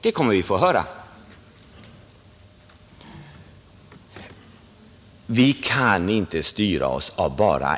Det kommer vi att få höra. Vi kan inte låta styra oss bara av